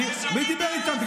מי דיבר איתם?